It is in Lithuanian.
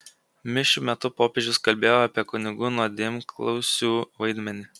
mišių metu popiežius kalbėjo apie kunigų nuodėmklausių vaidmenį